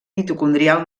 mitocondrial